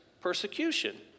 persecution